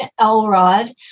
Elrod